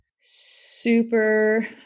super